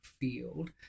field